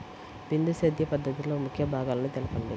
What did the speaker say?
బిందు సేద్య పద్ధతిలో ముఖ్య భాగాలను తెలుపండి?